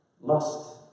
lust